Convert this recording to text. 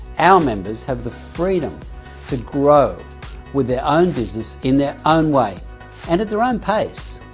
our members have the freedom to grow with their own business in their own way and at their own pace,